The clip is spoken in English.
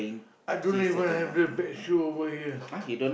I don't even have the pet show over here